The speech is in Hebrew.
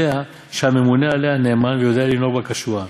יודע שהממונה עליה נאמן ויודע לנהוג בה כשורה.